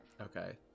okay